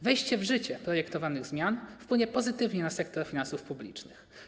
Wejście w życie projektowanych zmian wpłynie pozytywnie na sektor finansów publicznych.